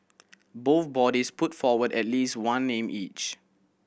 both bodies put forward at least one name each